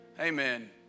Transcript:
Amen